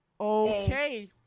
okay